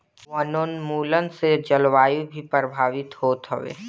वनोंन्मुलन से जलवायु भी प्रभावित होत हवे